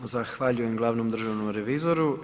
Zahvaljujem glavnom državnom revizoru.